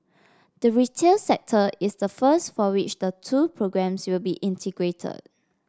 the retail sector is the first for which the two programmes will be integrated